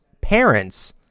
parents